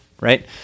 right